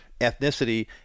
ethnicity